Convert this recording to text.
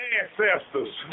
ancestors